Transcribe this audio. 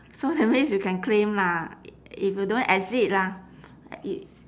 so that means you can claim lah i~ if you don't exceed lah i~